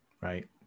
right